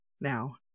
now